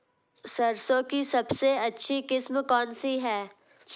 सरसों की सबसे अच्छी किस्म कौन सी है?